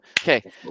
Okay